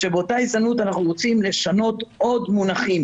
שבאותה הזדמנות אנחנו רוצים לשנות עוד מונחים